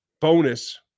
bonus